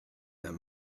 that